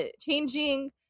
changing